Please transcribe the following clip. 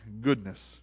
goodness